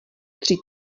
tři